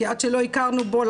כי עד שלא הכרנו בו,